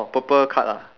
orh purple card ah